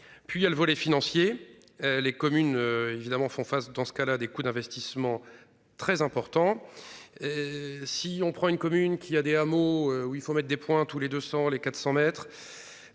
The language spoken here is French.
Puis il y a le volet financier. Les communes évidemment font face dans ce cas là, des coûts d'investissements très importants et si on prend une commune qui a des hameaux où il faut mettre des points tous les deux les 400 mètres.